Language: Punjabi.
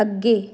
ਅੱਗੇ